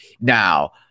Now